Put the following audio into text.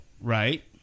Right